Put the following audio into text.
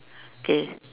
okay